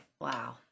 Wow